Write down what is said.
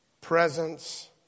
presence